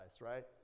right